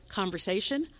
conversation